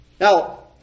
Now